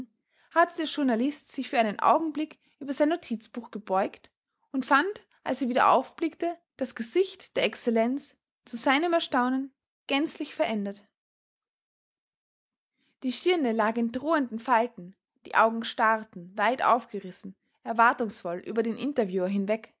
hatte der journalist sich für einen augenblick über sein notizbuch gebeugt und fand als er wieder aufblickte das gesicht der excellenz zu seinem erstaunen gänzlich verändert die stirne lag in drohenden falten die augen starrten weit aufgerissen erwartungsvoll über den interviewer hinweg